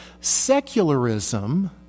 Secularism